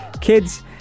Kids